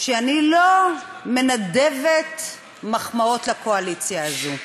שאני לא מנדבת מחמאות לקואליציה הזאת,